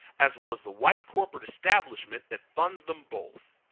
as well as the white corporate establishment that funds them both.